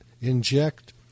inject